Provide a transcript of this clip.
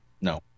No